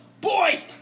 Boy